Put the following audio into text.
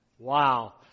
Wow